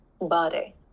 body